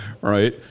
right